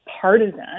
partisan